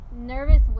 nervous